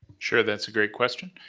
sure, that's a great question.